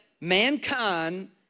mankind